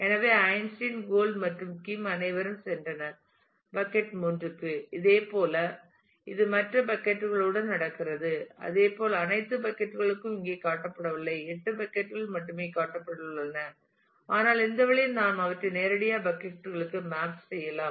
எனவே Einstein Gold மற்றும் Kim அனைவரும் சென்றனர் பக்கட் 3 க்கு இதேபோல் இது மற்ற பக்கட் களுடன் நடக்கிறது அதே போல் அனைத்து பக்கட் களும் இங்கே காட்டப்படவில்லை 8 பக்கட் கள் மட்டுமே காட்டப்பட்டுள்ளன ஆனால் இந்த வழியில் நாம் அவற்றை நேரடியாக பக்கட் களுக்கு மேப் செய்யலாம்